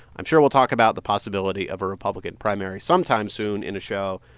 i'm sure we'll talk about the possibility of a republican primary sometime soon in a show.